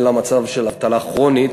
אלא למצב של אבטלה כרונית,